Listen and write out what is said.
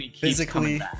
physically